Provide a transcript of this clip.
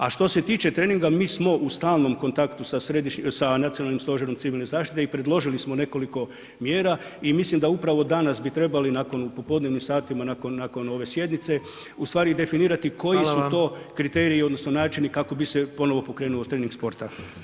A što se tiče treninga, mi smo u stalnom kontaktu sa Nacionalnim stožerom civilne zaštite i predložili smo nekoliko mjera i mislim da upravo danas bi trebali nakon, u popodnevnim satima, nakon, nakon ove sjednice u stvari definirati koji su to [[Upadica: Hvala vam]] kriteriji odnosno načini kako bi se ponovo pokrenuo trening sporta.